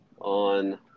on